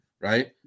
right